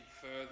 further